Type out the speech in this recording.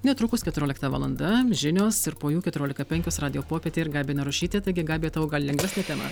netrukus keturiolikta valanda žinios ir po jų keturiolika penkios radijo popietė ir gabija narušytė taigi gabija tau gal lengvesnė tema